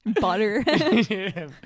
butter